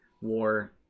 War